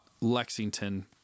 Lexington